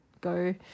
go